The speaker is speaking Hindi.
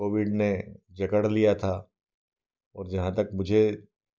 कोविड ने जकड़ लिया था और जहाँ तक मुझे